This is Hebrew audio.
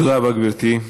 תודה רבה, גברתי.